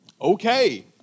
Okay